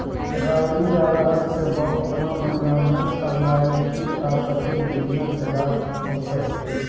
रहरि या रहर के बौग केना महीना में करनाई उचित आ कतेक दिन में तैयार होतय?